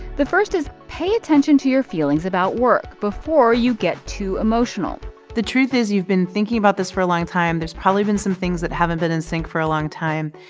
the first is pay attention to your feelings about work before you get too emotional the truth is you've been thinking about this for a long time. there's probably been some things that haven't been in sync for a long time.